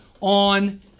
on